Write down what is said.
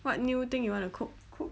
what new thing you want to cook